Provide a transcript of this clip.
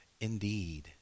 indeed